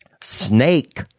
Snake